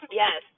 yes